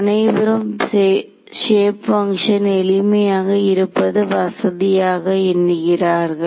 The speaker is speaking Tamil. அனைவரும் க்ஷேப் பங்க்ஷன் எளிமையாக இருப்பது வசதியாக எண்ணுகிறார்கள்